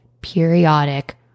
periodic